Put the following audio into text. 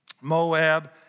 Moab